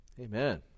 Amen